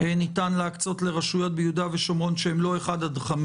ניתן להקצות לרשויות ביהודה ושומרון שהן לא 1 עד 5?